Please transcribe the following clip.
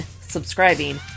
subscribing